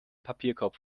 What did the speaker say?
papierkorb